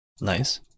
Nice